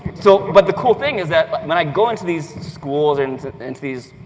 so but the cool thing is that, but and when i go into these schools, into into these